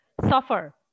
suffer